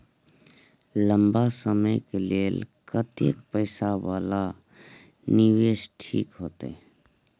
लंबा समय के लेल कतेक पैसा वाला निवेश ठीक होते?